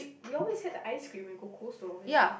we always had the ice cream when we go Cold-Stone obviously